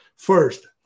First